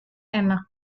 enak